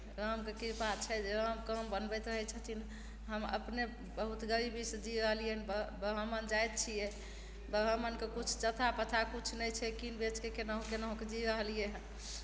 रामके कृपा छै जे रामके काम बनबैत रहय छथिन अपने बहुत गरीबीसँ जी रहलियै हन बा ब्राह्मण जाति छियै ब्रम्हण किछु जथा पाछा किछु नहि छै की बेचके केनाहुके केनाहुके जी रहलियै हन